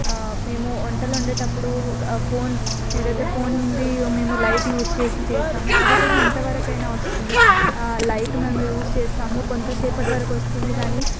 మేము వంటలు వండేటప్పుడు ఫోన్ ఏదైతే ఫోన్ది మేము లైట్ యూజ్ చేసి చేస్తామో అది కూడా ఎంత వరకైనా వస్తుంది ఆ లైట్ మేము యూజ్ చేస్తాము కొంత సేపటి వరకు వస్తుంది కానీ